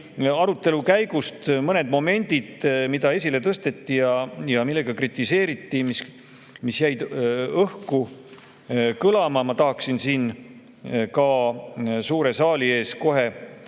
arutelu käigust mõned momendid, mida esile tõsteti, mida kritiseeriti, mis jäid õhku kõlama. Ma tahan siin suure saali ees ka